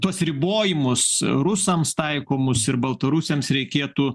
tuos ribojimus rusams taikomus ir baltarusiams reikėtų